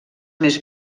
més